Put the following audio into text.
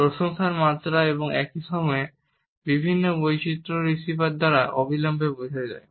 প্রশংসার মাত্রা এবং একই সময়ে বিভিন্ন বৈচিত্র্যও রিসিভার দ্বারা অবিলম্বে বোঝা যায়